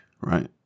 right